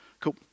Cool